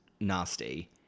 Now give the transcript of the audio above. nasty